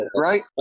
Right